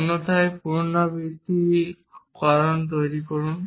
অন্যথায় পুনরাবৃত্তিমূলক কারণ তৈরি করুন